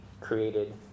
created